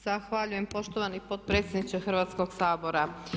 Zahvaljujem poštovani potpredsjedniče Hrvatskog sabora.